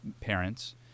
parents